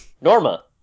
Norma